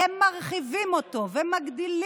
מנופח פי שניים בכל פרופורציה, ועל מה הם נתלים?